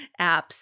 apps